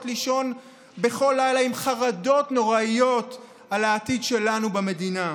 לישון בכל לילה עם חרדות נוראיות על העתיד שלנו במדינה.